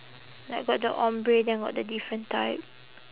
like got the ombre then got the different type